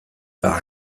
par